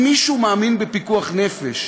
אם מישהו מאמין בפיקוח נפש,